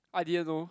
I didn't know